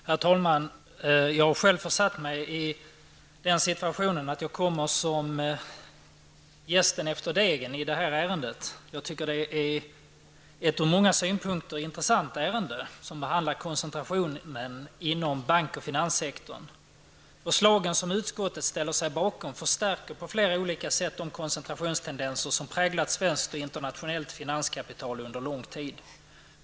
Herr talman! Jag har själv försatt mig i den situationen att jag kommer som jästen efter degen i det här ärendet. Jag tycker att detta är ett från många synpunkter intressant ärende som behandlar koncentrationen inom bank och finanssektorn. Förslagen som utskottet ställer sig bakom förstärker på flera olika sätt de koncentrationstendenser som präglat svenskt och internationellt finanskapital under lång tid.